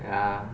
ya